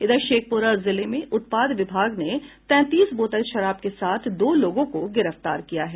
इधर शेखपुरा जिले में उत्पाद विभाग ने तैंतीस बोतल शराब के साथ दो लोगों को गिरफ्तार किया है